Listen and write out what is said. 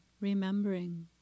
remembering